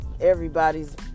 everybody's